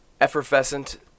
effervescent